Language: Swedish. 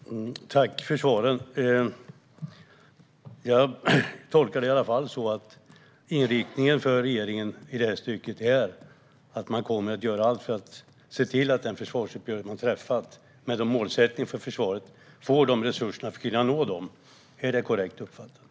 Herr talman! Tack för svaren. Jag tolkar det som att inriktningen för regeringen i det här stycket är att man kommer att göra allt för att se till att den försvarsuppgörelse som man träffat med målsättningar för försvaret får resurser för att kunna nå dem. Är det korrekt uppfattat?